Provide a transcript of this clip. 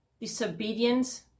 disobedience